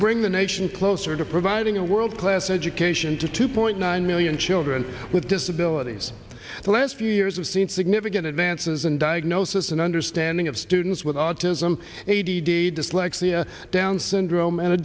bring the nation closer to providing a world class education to two point nine million children with disabilities the last two years we've seen significant advances in diagnosis and understanding of students with autism a d d dyslexia down's syndrome and a